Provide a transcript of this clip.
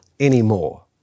Anymore